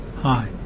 hi